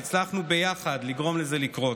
והצלחנו ביחד לגרום לזה לקרות,